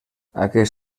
aquell